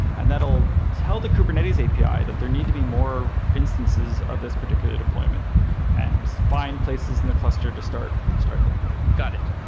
and that'll tell the kubernetes api that there need to be more instances of this particular deployment and find places in the cluster to start start them got it.